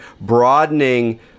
broadening